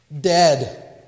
Dead